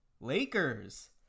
Lakers